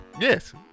Yes